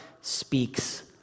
speaks